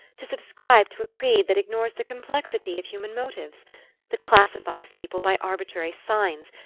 to subscribe to a creed that ignores the complexity of human motives that classifies people by arbitrary signs,